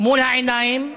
מול העיניים,